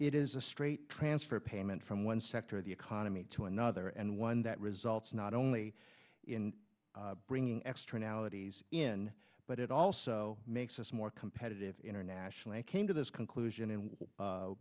it is a straight transfer payment from one sector of the economy to another and one that results not only in bringing extra analogies in but it also makes us more competitive internationally i came to this conclusion